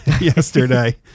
yesterday